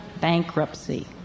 bankruptcy